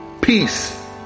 peace